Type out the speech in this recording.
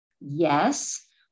Yes